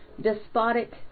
despotic